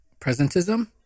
presentism